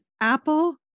apple